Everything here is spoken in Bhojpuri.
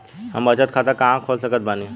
हम बचत खाता कहां खोल सकत बानी?